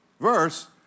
verse